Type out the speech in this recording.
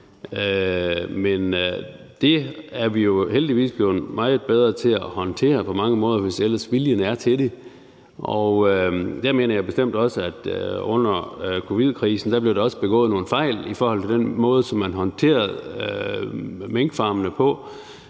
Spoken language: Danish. men det er vi jo heldigvis blevet meget bedre til at håndtere på mange måder, hvis ellers viljen er til det. Jeg mener bestemt også, at der under covid-krisen blev begået nogle fejl i forhold til den måde, som man håndterede minkfarmene på,